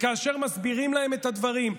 וכאשר מסבירים להם את הדברים,